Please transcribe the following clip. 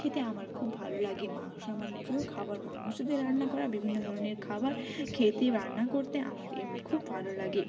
খেতে আমার খুব ভালো লাগে মাংস আমার প্রিয় খাবার মাংস দিয়ে রান্না করা বিভিন্ন ধরনের খাবার খেতে রান্না করতে আমার খুব ভালো লাগে